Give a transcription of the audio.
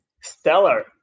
Stellar